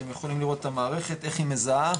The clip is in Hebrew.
אתם יכולים לראות את המערכת איך היא מזהה,